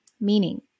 Meaning